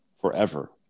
forever